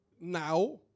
Now